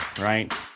right